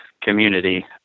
community